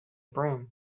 broom